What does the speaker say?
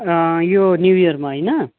यो न्यू इयरमा होइन